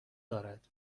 دارد